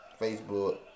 Facebook